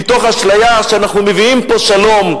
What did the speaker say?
מתוך אשליה שאנחנו מביאים פה שלום.